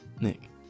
Nick